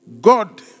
God